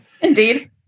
Indeed